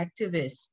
activists